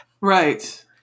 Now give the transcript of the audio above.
Right